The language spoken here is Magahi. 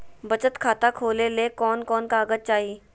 बचत खाता खोले ले कोन कोन कागज चाही?